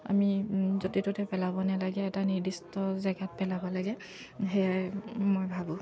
আমি য'তে ত'তে পেলাব নেলাগে এটা নিৰ্দিষ্ট জেগাত পেলাব লাগে সেয়াই মই ভাবোঁ